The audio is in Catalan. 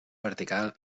vertical